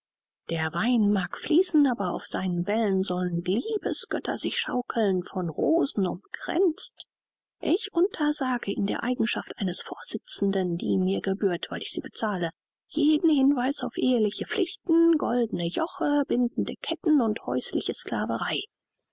der wein mag fließen aber auf seinen wellen sollen liebesgötter sich schaukeln von rosen umkränzt ich untersage in der eigenschaft eines vorsitzenden die mir gebührt weil ich sie bezahle jeden hinweis auf eheliche pflichten goldene joche bindende ketten und häusliche sclaverei